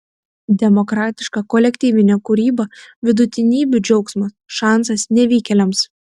demokratiška kolektyvinė kūryba vidutinybių džiaugsmas šansas nevykėliams